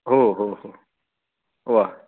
हो हो हो वा